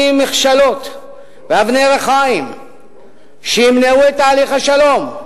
מכשלות ואבני רחיים שימנעו את תהליך השלום.